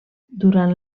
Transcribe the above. durant